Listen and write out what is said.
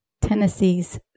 Tennessee's